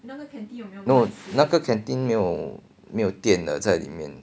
no 那个 canteen 没有店的在里面